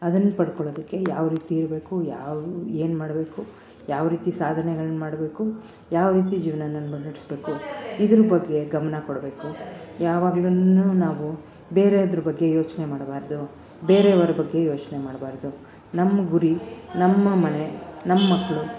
ಅದನ್ನ ಪಡ್ಕೊಳೋದಕ್ಕೆ ಯಾವರೀತಿ ಇರಬೇಕು ಯಾವ ಏನು ಮಾಡಬೇಕು ಯಾವರೀತಿ ಸಾಧನೆಗಳ್ನ್ ಮಾಡಬೇಕು ಯಾವರೀತಿ ಜೀವನನ ನಡೆಸಬೇಕು ಇದರ ಬಗ್ಗೆ ಗಮನ ಕೊಡಬೇಕು ಯಾವಾಗ್ಲು ನಾವು ಬೇರೆದ್ರ ಬಗ್ಗೆ ಯೋಚನೆ ಮಾಡಬಾರ್ದು ಬೇರೆಯವರ ಬಗ್ಗೆ ಯೋಚನೆ ಮಾಡಬಾರ್ದು ನಮ್ಮ ಗುರಿ ನಮ್ಮ ಮನೆ ನಮ್ಮ ಮಕ್ಳು